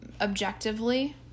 objectively